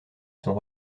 sont